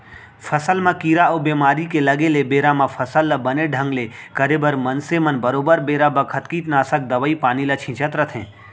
फसल म कीरा अउ बेमारी के लगे ले बेरा म फसल ल बने ढंग ले करे बर मनसे मन बरोबर बेरा बखत कीटनासक दवई पानी ल छींचत रथें